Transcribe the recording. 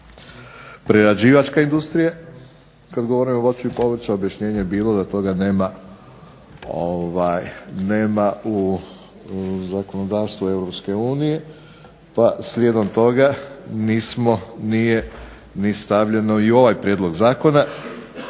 prerađivačka industrija kada govorim o voću i povrću, objašnjenje je bilo da toga nema u zakonodavstvu EU, pa slijedom toga nije stavljeno ni u ovaj prijedlog zakona